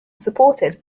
supported